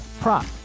prop